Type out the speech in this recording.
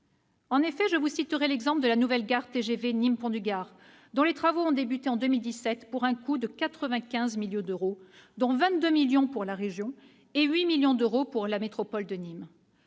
débats. Je citerai l'exemple de la nouvelle gare TGV Nîmes-Pont du Gard, dont les travaux ont débuté en 2017, pour un coût de 95 millions d'euros, dont 22 millions financés par la région et 8 millions par la métropole de Nîmes.